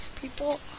people